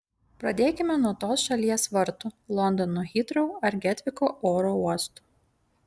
pradėkime nuo tos šalies vartų londono hitrou ar getviko oro uostų